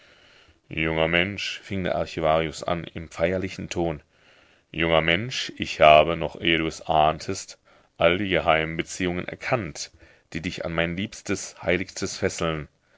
junger mensch fing der archivarius an im feierlichen ton junger mensch ich habe noch ehe du es ahnetest all die geheimen beziehungen erkannt die dich an mein liebstes heiligstes fesseln